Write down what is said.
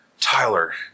Tyler